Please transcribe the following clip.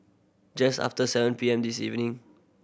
just after seven P M this evening